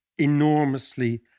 enormously